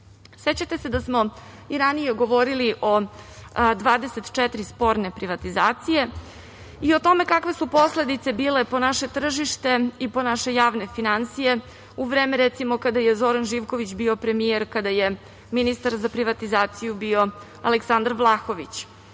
godine.Sećate se da smo i ranije govorili o 24 sporne privatizacije i o tome kakve su posledice bile po naše tržište i po naše javne finansije u vreme, recimo, kada je Zoran Živković bio premijer, kada je ministar za privatizaciju bio Aleksandar Vlahović. Daću